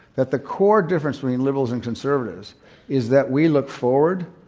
that the core difference between liberals and conservatives is that we look forward,